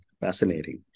Fascinating